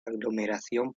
aglomeración